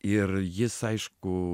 ir jis aišku